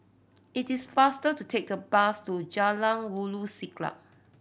it is faster to take the bus to Jalan Ulu Siglap